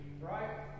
Right